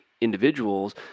individuals